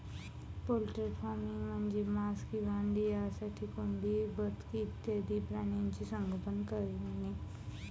poultry farming म्हणजे मांस किंवा अंडी यासाठी कोंबडी, बदके इत्यादी प्राण्यांचे संगोपन करणे